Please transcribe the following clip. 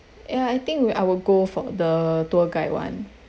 ya I think I will go for the tour guide [one]